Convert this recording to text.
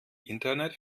internet